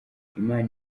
imana